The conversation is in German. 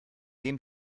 dem